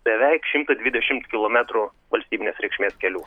beveik šimtą dvidešimt kilometrų valstybinės reikšmės kelių